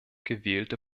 gewählte